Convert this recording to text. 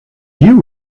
you